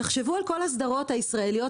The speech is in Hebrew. תחשבו על כל הסדרות הנפלאות הישראליות